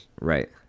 Right